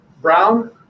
Brown